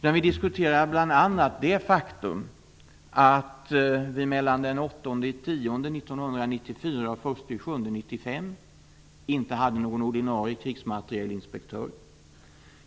Nu diskuterar vi bl.a. det faktum att vi mellan den 8 oktober 1994 och den 1 juli 1995 inte hade någon ordinarie krigsmaterielinspektör.